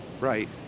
Right